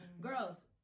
girls